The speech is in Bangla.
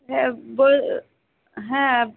হ্যাঁ